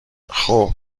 خوب